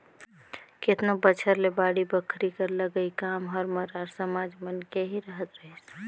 केतनो बछर ले बाड़ी बखरी कर लगई काम हर मरार समाज मन के ही रहत रहिस